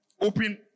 Open